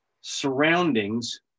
surroundings